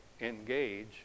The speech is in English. engage